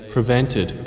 Prevented